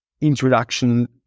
introduction